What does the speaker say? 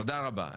תודה רבה.